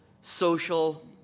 social